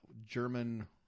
German